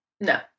no